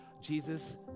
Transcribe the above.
Jesus